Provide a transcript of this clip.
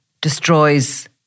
destroys